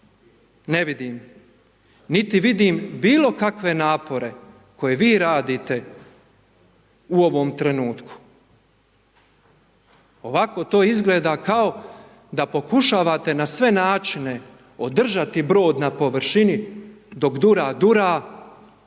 ne vidim. Niti vidim bilo kakve napore koje vi radite u ovom trenutku. Ovako to izgleda kao da pokušavate na sve načine održati brod na površini, dok dura, dura,